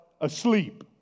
asleep